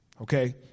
okay